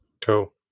Cool